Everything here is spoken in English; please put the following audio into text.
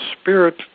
spirit